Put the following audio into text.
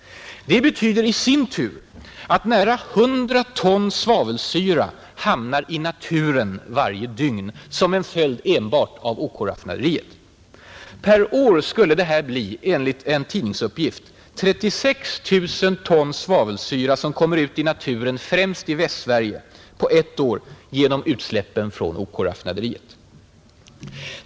Det betyder i sin tur att nära 100 ton svavelsyra hamnar i naturen varje dygn som en följd enbart av OK-raffinaderiet. Per år skulle det här bli, enligt en tidningsuppgift, 36 000 ton svavelsyra som kommer ut i naturen, främst i Västsverige, till följd av utsläppen från OK-raffinaderiet.